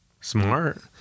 Smart